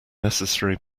necessary